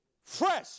fresh